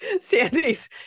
Sandy's